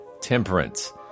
temperance